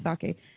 Sake